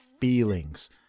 feelings